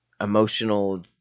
emotional